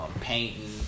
painting